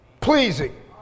pleasing